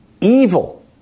Evil